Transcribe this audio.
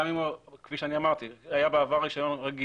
גם אם הוא כפי שאמרתי בעבר היה רישיון רגיל,